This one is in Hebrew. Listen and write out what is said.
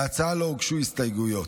להצעה לא הוגשו הסתייגויות.